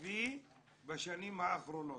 עקבי בשנים האחרונות,